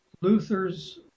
Luther's